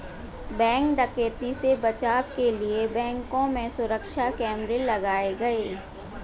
bank डकैती से बचाव के लिए बैंकों में सुरक्षा कैमरे लगाये गये